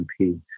MP